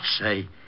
say